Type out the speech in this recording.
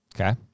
Okay